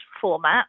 format